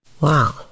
Wow